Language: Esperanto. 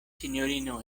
sinjorino